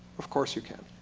of course you can.